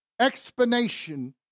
explanation